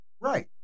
Right